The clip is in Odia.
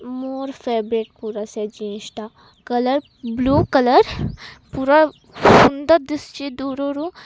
ମୋର ଫେଭରେଟ୍ ପୁରା ସେ ଜିନ୍ସଟା କଲର୍ ବ୍ଲୁ କଲର୍ ପୁରା ସୁନ୍ଦର ଦିଶୁଛି ଦୂରରୁ